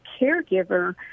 caregiver